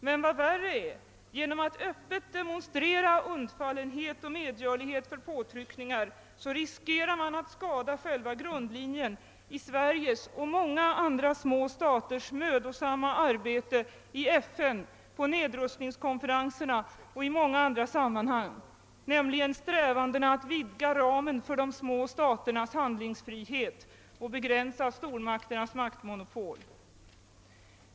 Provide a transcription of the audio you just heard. Men vad värre är: genom att öppet demonstrera undfallenhet och medsgörlighet för påtryckningar riskerar man att skada själva grundlinjen i Sveriges och många andra små staters mödosamma arbete i FN, på nedrustningskonferenserna och i många andra sammanhang, nämligen strävandena att vidga ramen för de små staternas handlingsfrihet och att begränsa stormakternas maktmonopol.